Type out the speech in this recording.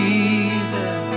Jesus